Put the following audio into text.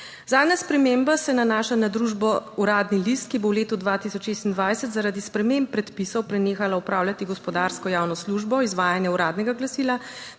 Zadnja sprememba se nanaša na družbo Uradni list, ki bo v letu 2026 zaradi sprememb predpisov prenehala opravljati gospodarsko javno službo, izvajanje uradnega glasila